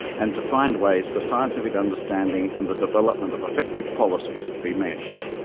and to find ways for scientific understanding and the development of effective policies to be meshed.